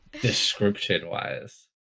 description-wise